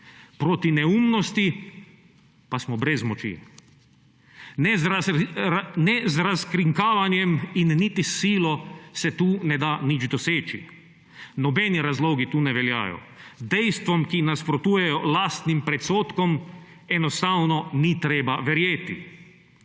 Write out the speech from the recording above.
Proti neumnosti pa smo brez moči. Ne z razkrinkavanjem in niti s silo se tu ne da nič doseči, nobeni razlogi tu ne veljajo. Dejstvom, ki nasprotujejo lastnim predsodkom, enostavno ni treba verjeti.